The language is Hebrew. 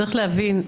צריך להבין,